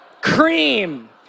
cream